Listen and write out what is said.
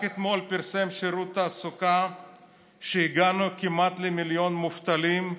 רק אתמול פרסם שירות התעסוקה שהגענו כמעט למיליון מובטלים,